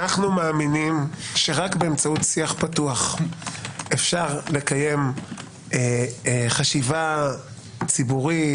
אנחנו מאמינים שרק באמצעות שיח פתוח אפשר לקיים חשיבה ציבורית,